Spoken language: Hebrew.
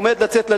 עומד לצאת לדרך.